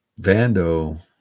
vando